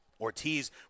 Ortiz